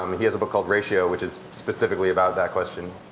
um he has a book called ratio, which is specifically about that question.